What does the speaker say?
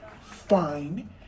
fine